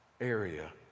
area